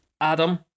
Adam